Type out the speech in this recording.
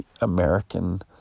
American